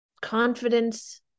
confidence